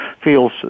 feels